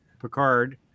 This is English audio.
Picard